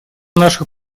наших